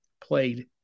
played